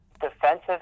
defensive